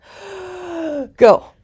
go